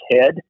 head